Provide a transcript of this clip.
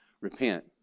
Repent